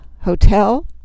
hotel